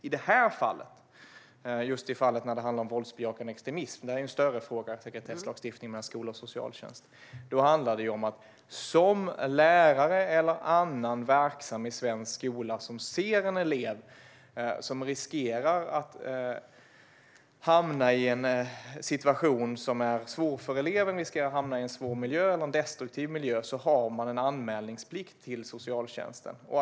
Våldsbejakande extremism är en större fråga och handlar inte bara om sekretesslagstiftning för skola och socialtjänst. Om man som lärare eller annan verksam i svensk skola ser en elev som riskerar att hamna i en svår situation eller en destruktiv miljö har man en plikt att anmäla detta till socialtjänsten.